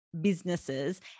businesses